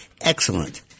excellent